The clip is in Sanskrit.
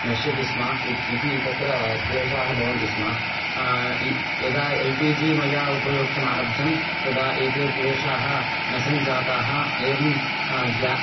नश्यति स्म इति तत्र क्लेशाः भवन्ति स्म यदा एल् पी जि मया उपयोक्तुम् आरब्धं तदा एते क्लेशाः न सञ्जाताः एवं ग्या